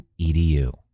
EDU